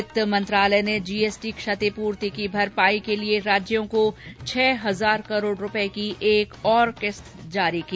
वित्त मंत्रालय ने जीएसटी क्षतिप्रर्ति की भरपाई के लिए राज्यों को छः हजार करोड़ रुपये की एक ओर किस्त जारी की